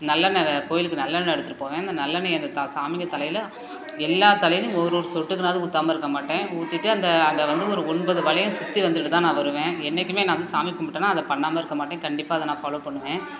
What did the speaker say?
நல்லெண்ணய் கோவிலுக்கு நல்லெண்ணய் எடுத்துட்டு போவேன் அந்த நல்லெண்ணெயை த அந்த சாமிங்க தலையில் எல்லா தலைலேயும் ஒரு ஒரு சொட்டுங்னாது ஊற்றாம இருக்க மாட்டேன் ஊற்றிட்டு அந்த அந்த வந்து ஒரு ஒன்பது வளையம் சுற்றி வந்துட்டு தான் நான் வருவேன் என்றைக்குமே நான் வந்து சாமி கும்பிட்டன்னா அதை பண்ணாமல் இருக்க மாட்டேன் கண்டிப்பாக அதை நான் ஃபாலோ பண்ணுவேன்